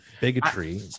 bigotry